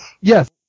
Yes